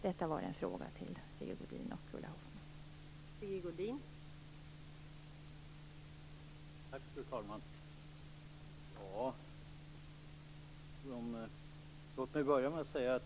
Detta var en fråga till Sigge Godin och Ulla Hoffmann.